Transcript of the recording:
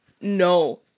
No